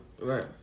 Right